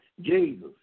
Jesus